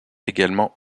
également